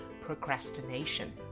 procrastination